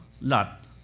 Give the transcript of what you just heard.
Lot